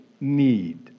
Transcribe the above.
need